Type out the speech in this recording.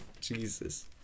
Jesus